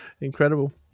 Incredible